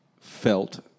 felt